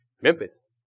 Memphis